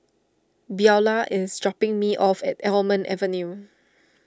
Beaulah is dropping me off at Almond Avenue